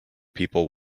people